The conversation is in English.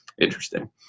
interesting